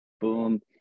boom